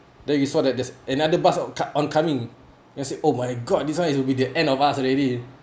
then you saw that there's another bus oncom~ oncoming you'll say oh my god this [one] it will be the end of us already